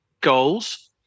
goals